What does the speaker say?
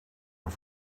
een